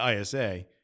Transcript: isa